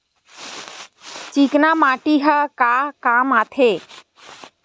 चिकना माटी ह का काम आथे?